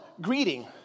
greeting